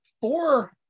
four